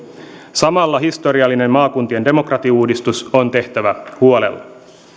samalla historiallinen maakuntien demokratiauudistus on tehtävä huolella